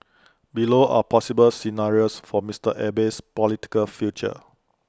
below are possible scenarios for Mister Abe's political future